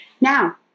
Now